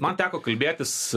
man teko kalbėtis